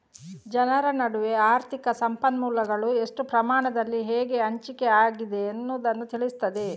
ಜನರ ನಡುವೆ ಆರ್ಥಿಕ ಸಂಪನ್ಮೂಲಗಳು ಎಷ್ಟು ಪ್ರಮಾಣದಲ್ಲಿ ಹೇಗೆ ಹಂಚಿಕೆ ಆಗಿದೆ ಅನ್ನುದನ್ನ ತಿಳಿಸ್ತದೆ